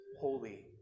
Holy